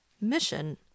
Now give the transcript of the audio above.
mission